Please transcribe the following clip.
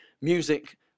music